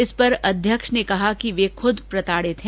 इस पर अध्यक्ष ने कहा कि वे खूद प्रताड़ित हैं